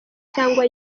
cyangwa